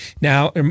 now